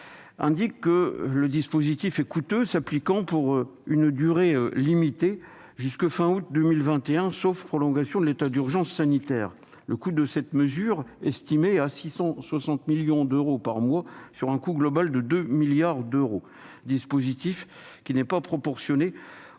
indique que le dispositif est coûteux, s'il s'applique pour une durée limitée jusqu'à la fin août 2021, sauf prolongation de l'état d'urgence sanitaire. Le coût de cette mesure est estimé à 660 millions d'euros par mois, sur un coût global de 2 milliards d'euros. En outre, ce dispositif n'est pas proportionné